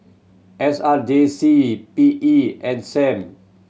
S R J C P E and Sam